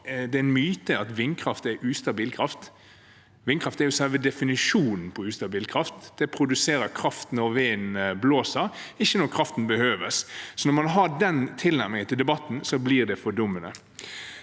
knuses, var at vindkraft er ustabil kraft. Vindkraft er jo selve definisjonen på ustabil kraft. Det produseres kraft når vinden blåser, ikke når kraften behøves. Når man har den tilnærmingen til debatten, blir det fordummende.